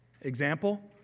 Example